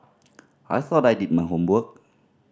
I thought I did my homework